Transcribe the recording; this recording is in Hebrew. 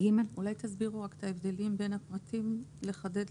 אולי תסבירו את ההבדלים בין הפרטים, לחדד.